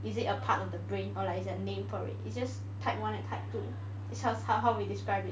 is it a part of the brain or like is there a name for it it's just type one and type two is just how how we describe it